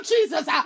Jesus